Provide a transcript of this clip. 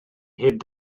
heb